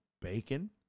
bacon